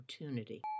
opportunity